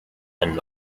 and